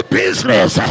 business